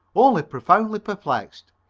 only profoundly perplexed.